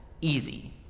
easy